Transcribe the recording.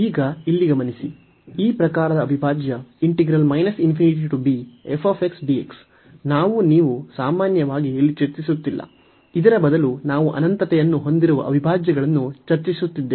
ಈಗ ಇಲ್ಲಿ ಗಮನಿಸಿ ಈ ಪ್ರಕಾರದ ಅವಿಭಾಜ್ಯ ನಾವು ನೀವು ಸಾಮಾನ್ಯವಾಗಿ ಇಲ್ಲಿ ಚರ್ಚಿಸುತ್ತಿಲ್ಲ ಇದರ ಬದಲು ನಾವು ಅನಂತತೆಯನ್ನು ಹೊಂದಿರುವ ಅವಿಭಾಜ್ಯಗಳನ್ನು ಚರ್ಚಿಸುತ್ತಿದ್ದೇವೆ